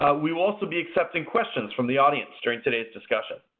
we will also be accepting questions from the audience during today's discussion.